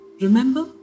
Remember